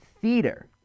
theater